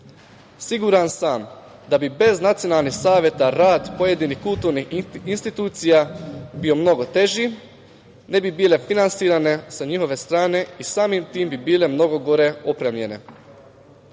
Siguran sam da bu bez nacionalnih saveta rad pojedinih kulturnih institucija bio mnogo teži, ne bi bile finansirane sa njihove strane i samim tim bi bile mnogo gore opremljene. Umrežavanje